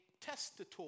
testator